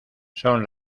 son